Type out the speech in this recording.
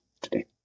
today